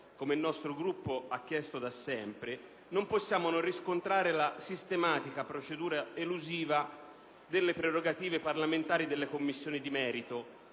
come il nostro Gruppo chiede da sempre - non possiamo non riscontrare la sistematica procedura elusiva delle prerogative parlamentari delle Commissioni di merito,